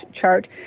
chart